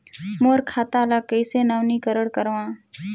मोर खाता ल कइसे नवीनीकरण कराओ?